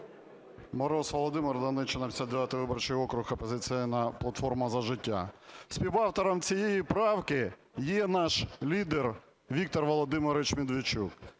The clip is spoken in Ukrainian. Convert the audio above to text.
Мороз Володимир, Донеччина, 59 виборчий округ, "Опозиційна платформа – За життя". Співавтором цієї правки є наш лідер Віктор Володимирович Медведчук,